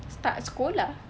start sekolah